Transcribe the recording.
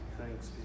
Thanks